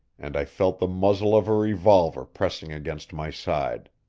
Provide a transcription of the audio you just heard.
and i felt the muzzle of a revolver pressing against my side.